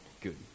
good